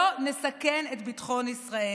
לא נסכן את ביטחון ישראל,